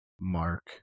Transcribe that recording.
Mark